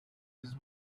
his